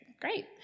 great